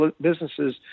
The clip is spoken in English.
businesses